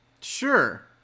Sure